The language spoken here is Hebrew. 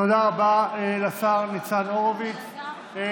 תודה רבה לשר ניצן הורוביץ.